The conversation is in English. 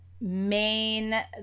main